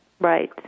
Right